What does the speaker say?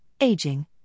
aging